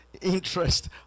interest